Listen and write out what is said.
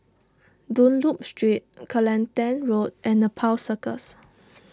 Dunlop Street Kelantan Road and Nepal Circus